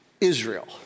Israel